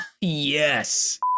Yes